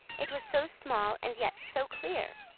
it was so small and yet so clear.